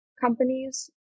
companies